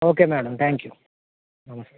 okay madam thank you